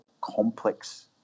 complex